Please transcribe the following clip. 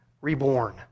reborn